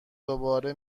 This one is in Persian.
دوباره